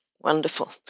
Wonderful